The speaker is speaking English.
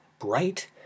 bright